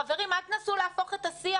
חברים, אל תנסו להפוך את השיח.